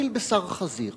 שיכיל בשר חזיר.